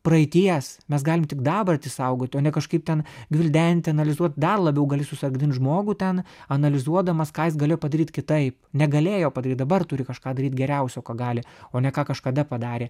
praeities mes galim tik dabartį saugoti o ne kažkaip ten gvildenti analizuot dar labiau gali susargdint žmogų ten analizuodamas ką jis gelėjo padaryt kitaip negalėjo padaryt dabar turi kažką daryt geriausio ko gali o ne ką kažkada padarė